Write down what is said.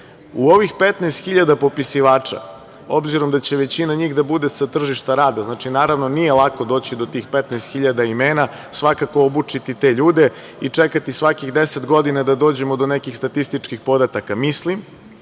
ovih 15 hiljada popisivača, obzirom da će većina njih da bude sa tržišta rada. Znači, nije lako doći do tih 15 hiljada imena, svakako obučiti te ljude i čekati svakih deset godina da dođemo do nekih statističkih podataka. Mislim